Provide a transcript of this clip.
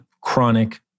chronic